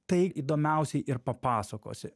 tai įdomiausiai ir papasakosi